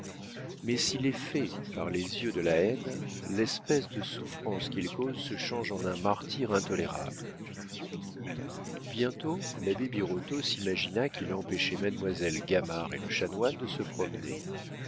mais s'il est fait par les yeux de la haine l'espèce de souffrance qu'il cause se change en un martyre intolérable bientôt l'abbé birotteau s'imagina qu'il empêchait mademoiselle gamard et le chanoine de se promener